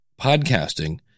podcasting